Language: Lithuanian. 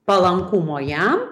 palankumo jam